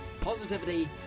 positivity